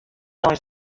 eins